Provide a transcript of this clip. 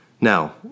Now